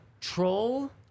troll